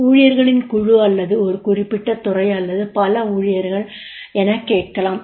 ஊழியர்களின் குழு அல்லது ஒரு குறிப்பிட்ட துறை அல்லது பல ஊழியர்கள் எனக் கேட்கலாம்